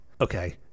Okay